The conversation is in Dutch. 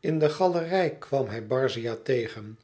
in de galerij kwam hij barzia tegen